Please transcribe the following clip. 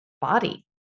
body